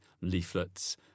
leaflets